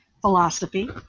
philosophy